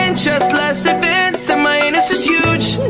and just less advanced and my anus is huge